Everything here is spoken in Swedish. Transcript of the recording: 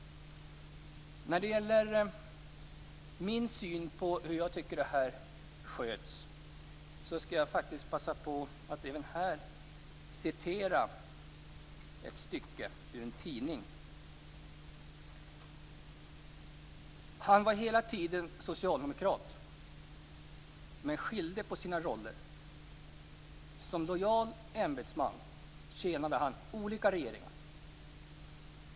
När det gäller min syn på hur det här sköts skall jag passa på att citera ett stycke ur en tidning: "Han var hela tiden socialdemokrat men skilde på sina roller. Som lojal ämbetsman tjänade han olika regeringar.